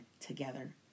together